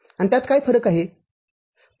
आणि त्यात काय फरक आहे